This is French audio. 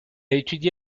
étudié